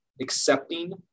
accepting